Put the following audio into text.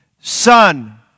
son